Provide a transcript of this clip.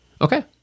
Okay